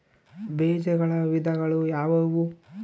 ಬೇಜಗಳ ವಿಧಗಳು ಯಾವುವು?